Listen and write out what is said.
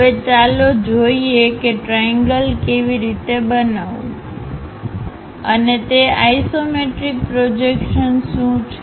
હવે ચાલો જોઈએ કે ત્રિએંગલ કેવી રીતે બનાવવું અને તે આઇસોમેટ્રિક પ્રોજેક્શન્સ શું છે